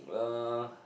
uh